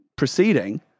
proceeding